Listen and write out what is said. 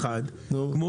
אחד, כמו